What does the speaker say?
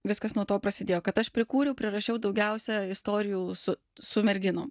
viskas nuo to prasidėjo kad aš prikūriau prirašiau daugiausia istorijų su su merginom